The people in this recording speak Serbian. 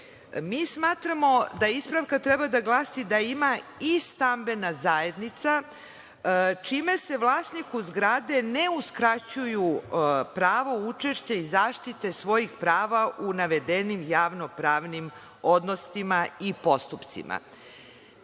Mi smatramo da ispravka treba da glasi – da ima i stambena zajednica, čime se vlasniku zgrade ne uskraćuju pravo učešća i zaštite svojih prava u navedenim javno-pravnim odnosima i postupcima. Da